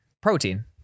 protein